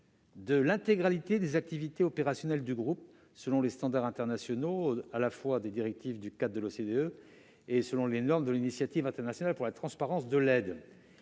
de l'intégralité des activités opérationnelles du groupe, selon les standards internationaux, à la fois les directives de l'OCDE et les normes de l'Initiative internationale pour la transparence de l'aide